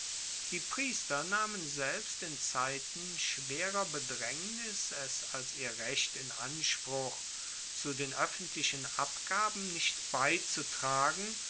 die priester nahmen selbst in zeiten schwerer bedraengnis es als ihr recht in anspruch zu den oeffentlichen abgaben nicht beizutragen